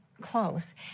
close